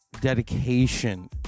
dedication